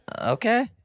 Okay